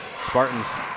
Spartans